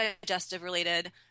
digestive-related